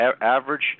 average